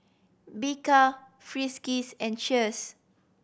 Bika Friskies and Cheers